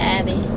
Abby